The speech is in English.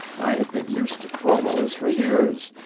i had been used to chromos for years,